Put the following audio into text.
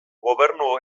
gobernu